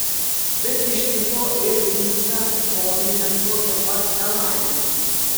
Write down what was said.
bet ištiko ir vincą dovinę tokia pat nelaimė